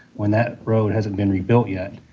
when that road hasn't been rebuilt yet.